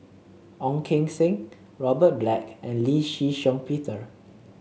Ong Keng Sen Robert Black and Lee Shih Shiong Peter